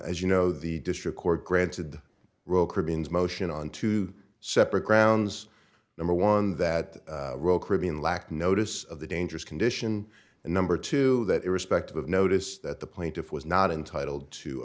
as you know the district court granted royal caribbean's motion on two separate grounds number one that caribbean lack notice of the dangerous condition and number two that irrespective of notice that the plaintiff was not entitled to